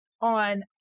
on